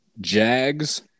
Jags